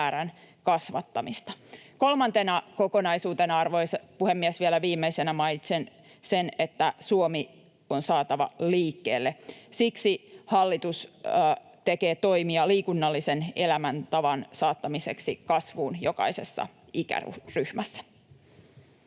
määrän kasvattamista. Kolmantena kokonaisuutena, arvoisa puhemies, vielä viimeisenä mainitsen sen, että Suomi on saatava liikkeelle. Siksi hallitus tekee toimia liikunnallisen elämäntavan saattamiseksi kasvuun jokaisessa ikäryhmässä.